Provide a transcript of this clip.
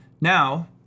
Now